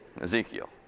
Ezekiel